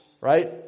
right